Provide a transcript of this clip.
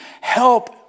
help